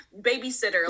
babysitter